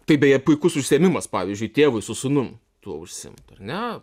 tai beje puikus užsiėmimas pavyzdžiui tėvui su sūnum tuo užsiimt ar ne